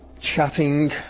chatting